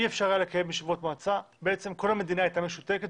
אי אפשר היה לקיים ישיבות מועצה ובעצם כל המדינה הייתה משותקת.